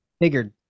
Figured